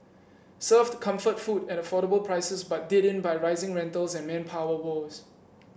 served comfort food at affordable prices but did in by rising rentals and manpower woes